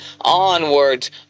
onwards